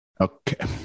Okay